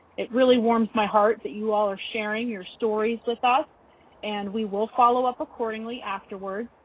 it really warms my heart that you all are sharing your stories with us and we will follow up accordingly afterwards.